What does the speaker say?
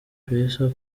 yahise